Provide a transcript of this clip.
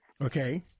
Okay